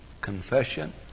Confession